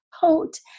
coat